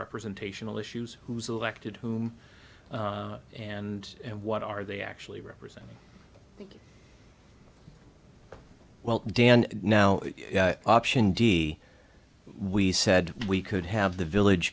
representational issues who's elected whom and and what are they actually representing the well dan now option d we said we could have the village